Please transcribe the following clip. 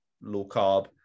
low-carb